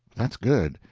that's good.